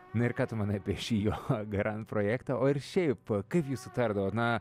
na ir ką tu manai apie šį jo grandprojektą o ir šiaip kaip jūs sutardavot na